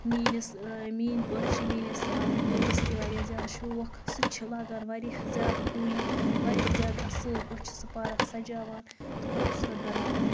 میٛٲنِس میٛٲنۍ پٲٹھۍ چھِ میٛٲنِس مٲلِس تہِ واریاہ زیادٕ شوق سُہ تہِ چھُ لاگان واریاہ زیادٕ کُلۍ واریاہ زیادٕ اَصٕل پٲٹھۍ چھُ سُہ پارَک سَجاوان تہٕ خوٗبصوٗرت بَناوان